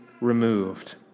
removed